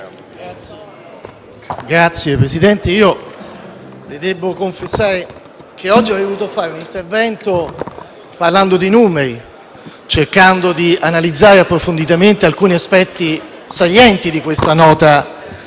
Signor Presidente, le debbo confessare che avrei voluto fare un intervento parlando di numeri, cercando di analizzare approfonditamente alcuni aspetti salienti di questa Nota di